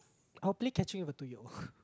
I will play catching with a two year old